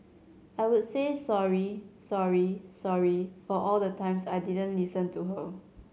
I would say sorry sorry sorry for all the times I didn't listen to her